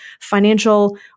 financial